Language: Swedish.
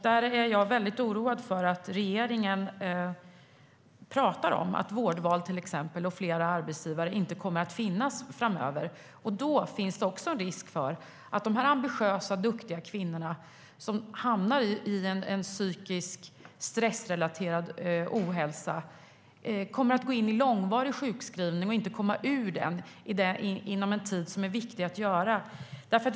Där är jag väldigt oroad för att regeringen säger att vårdval och flera arbetsgivare inte kommer att finnas framöver. Då finns det också en risk för att dessa ambitiösa och duktiga kvinnor som hamnar i en psykisk, stressrelaterad ohälsa kommer att gå in i en långvarig sjukskrivning som de inte kan komma ur inom rimlig tid.